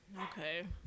okay